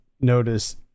notice